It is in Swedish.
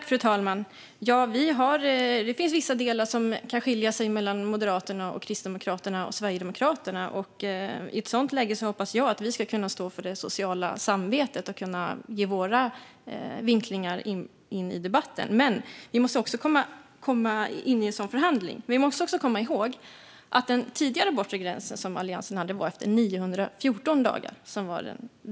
Fru talman! Det finns vissa delar som kan skilja sig åt mellan Moderaterna, Kristdemokraterna och Sverigedemokraterna. I ett sådant läge hoppas jag att vi ska kunna stå för det sociala samvetet och kunna ge våra vinklingar in i en sådan förhandling. Men vi måste också komma ihåg att den tidigare bortre gränsen som Alliansen hade var 914 dagar.